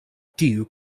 tiu